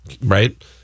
Right